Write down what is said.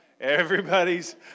Everybody's